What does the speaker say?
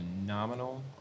phenomenal